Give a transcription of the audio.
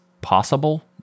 possible